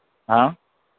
हाँ